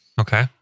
Okay